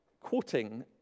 quoting